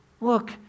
look